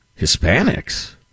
Hispanics